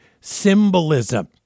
symbolism